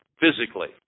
physically